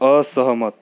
असहमत